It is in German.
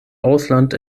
ausland